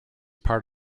part